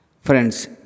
Friends